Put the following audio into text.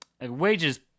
wages